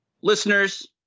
Listeners